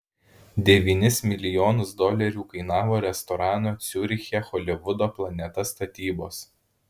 devynis milijonus dolerių kainavo restorano ciuriche holivudo planeta statybos